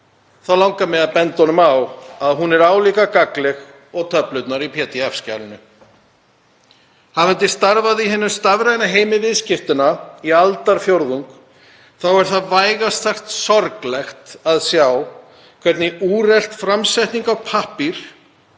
langar mig að benda honum á að hún er álíka gagnleg og töflurnar í pdf-skjalinu. Hafandi starfað í hinum stafræna heimi viðskipta í aldarfjórðung þá er það vægast sagt sorglegt að sjá hvernig úrelt framsetning á pappír